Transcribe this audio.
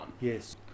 Yes